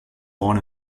born